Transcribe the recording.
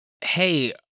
hey